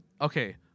Okay